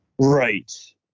right